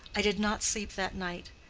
i did not sleep that night.